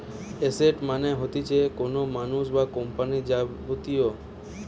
asset মানে হতিছে কোনো মানুষ বা কোম্পানির যাবতীয়